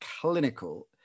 clinical